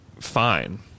fine